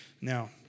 Now